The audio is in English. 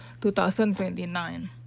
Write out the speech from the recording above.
2029